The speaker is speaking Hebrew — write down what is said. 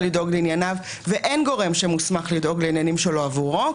לדאוג לענייניו ואין גורם שמוסמך לדאוג לעניינים שלו עבורו,